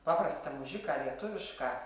paprastą mužiką lietuvišką